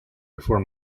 before